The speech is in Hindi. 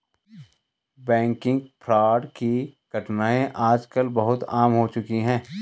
बैंकिग फ्रॉड की घटनाएं आज कल बहुत आम हो चुकी है